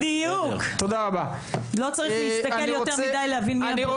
בדיוק ולא צריך להסתכל יותר מידי להבין מי -- תודה רבה.